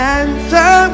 answer